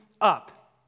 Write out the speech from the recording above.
up